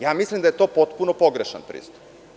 Ja mislim da je to potpuno pogrešan pristup.